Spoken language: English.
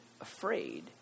afraid